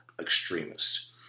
extremists